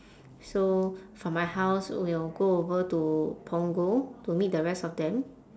so from my house we'll go over to punggol to meet the rest of them